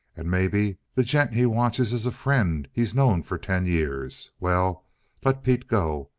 and maybe the gent he watches is a friend he's known for ten years. well let pete go.